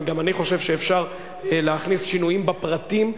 גם אני חושב שאפשר להכניס שינויים בפרטים,